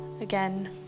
again